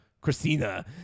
Christina